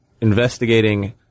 investigating